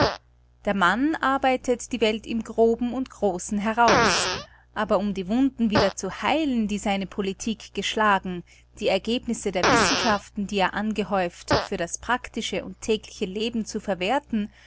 der mann arbeitet die welt im groben und großen heraus aber um die wunden wieder zu heilen die seine politik geschlagen die ergebnisse der wissenschaften die er angehäuft für das praktische und tägliche leben zu verwerthen